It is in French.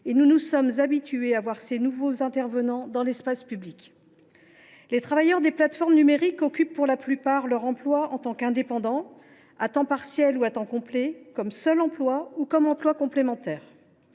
Nous nous sommes habitués à voir ces nouveaux travailleurs dans l’espace public. Les travailleurs des plateformes numériques occupent pour la plupart leur emploi en tant qu’indépendants, à temps partiel ou à temps complet, comme seul emploi ou comme emploi complémentaire.